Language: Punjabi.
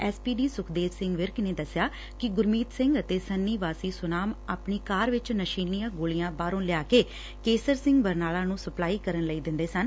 S P D Sukhdev Singh Virk ਨੇ ਦਸਿਆ ਕਿ ਗੁਰਮੀਤ ਸਿੰਘ ਅਤੇ ਸੰਨੀ ਵਾਸੀ ਸੁਨਾਮ ਆਪਣੀ ਕਾਰ ਵਿਚ ਨਸ਼ੀਲੀਆਂ ਗੋਲੀਆਂ ਬਾਹਰੋਂ ਲਿਆ ਕੇ ਕੇਸਰ ਸਿੰਘ ਬਰਨਾਲਾ ਨੂੰ ਸਪਲਾਈ ਕਰਨ ਲਈ ਦਿੰਦੇ ਸਨ